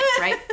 right